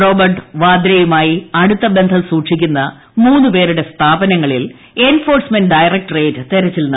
Robert വദ്രയുമായി അടുത്ത ബന്ധം സൂക്ഷിക്കുന്ന മൂന്ന് ന് പേരുടെ സ്ഥാപനങ്ങളിൽ എൻഫോഴ്സ്മെന്റ് ഡയറക്ടറേറ്റ് തെരച്ചിൽ നടത്തുന്നു